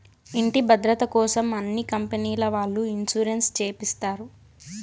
ఇంటి భద్రతకోసం అన్ని కంపెనీల వాళ్ళు ఇన్సూరెన్స్ చేపిస్తారు